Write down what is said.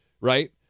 Right